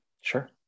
Sure